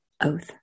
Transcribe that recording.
oath